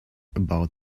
about